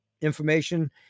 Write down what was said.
information